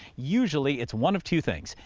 usually it's one of two things.